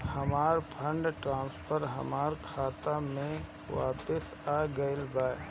हमर fund transfer हमर खाता में वापस आ गईल बा